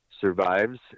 survives